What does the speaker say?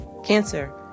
cancer